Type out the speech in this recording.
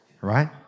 right